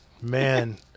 Man